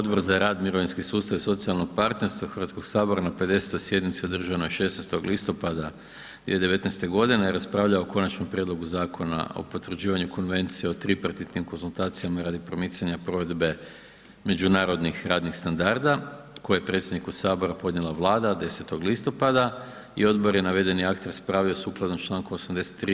Odbor za rad, mirovinski sustav i socijalno partnerstvo Hrvatskog sabora na 50.-oj sjednici održanoj 16. listopada 2019. godine raspravlja o Konačnom prijedlogu Zakona o potvrđivanju Konvencije o tripartitnim konzultacijama radi promicanja provedbe međunarodnih radnih standarda koje je predsjedniku Sabora podnijela Vlada 10. listopada i Odbor je navedeni akt raspravio sukladno članku 83.